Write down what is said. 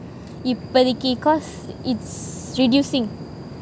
இப்பதக்கி:ippathakki cause it's reducing